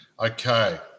Okay